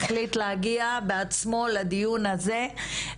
מחליט להגיע בעצמו לדיון הזה,